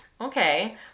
Okay